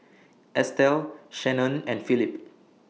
Estel Shanon and Phillip